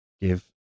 give